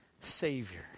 Savior